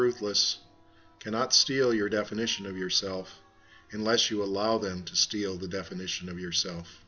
ruthless cannot steal your definition of yourself unless you allow them to steal the definition of yourself